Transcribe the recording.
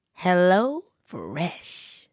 HelloFresh